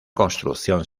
construcción